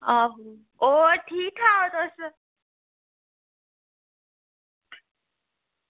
आहो होर ठीक ठाक तुस